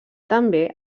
també